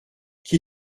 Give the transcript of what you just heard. qui